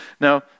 Now